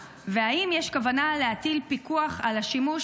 3. האם יש כוונה להטיל פיקוח על השימוש